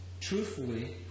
truthfully